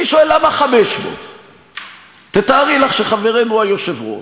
אני שואל למה 500. תארי לך שחברנו היושב-ראש,